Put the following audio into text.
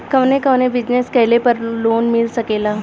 कवने कवने बिजनेस कइले पर लोन मिल सकेला?